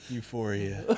Euphoria